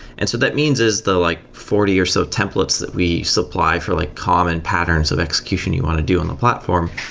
and so that means is the like forty or so templates that we supply for like common patterns of execution you want to do in the platform.